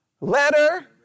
letter